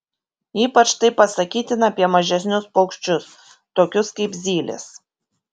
ypač tai pasakytina apie mažesnius paukščius tokius kaip zylės